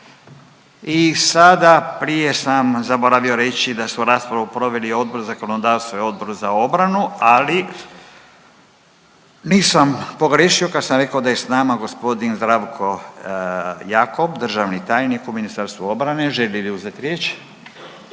I sada prije sam zaboravio reći da su raspravu proveli Odbor zakonodavstva i Odbor za obranu ali nisam pogriješio kad sam rekao da je s nama gospodin Zdravko Jakop, državni tajnik u Ministarstvu obrane. Želi li uzet riječ?